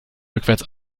rückwärts